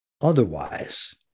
otherwise